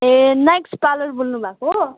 ए नाइक्स पार्लर बोल्नुभएको